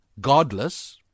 godless